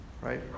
right